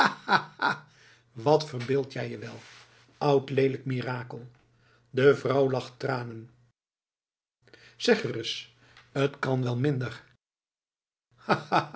wat verbeeld jij je wel oud leelijk mirakel de vrouw lacht tranen zeg ereis t kan wel minder